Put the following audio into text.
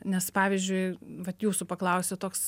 nes pavyzdžiui vat jūsų paklausiu toks